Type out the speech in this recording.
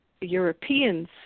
Europeans